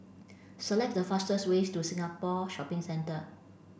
select the fastest ways to Singapore Shopping Centre